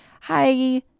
hi